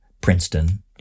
Princeton